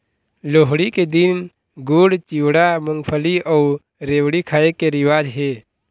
लोहड़ी के दिन गुड़, चिवड़ा, मूंगफली अउ रेवड़ी खाए के रिवाज हे